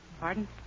pardon